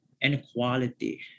inequality